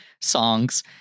songs